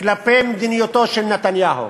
כלפי מדיניותו של נתניהו,